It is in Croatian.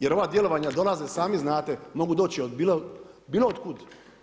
jer ova djelovanja dolaze i sami znate mogu doći od bilo kud.